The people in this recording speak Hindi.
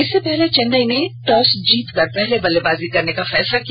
इससे पहले चेन्नई ने टॉस जीतकर पहले गेंदबाजी करने का फैसला किया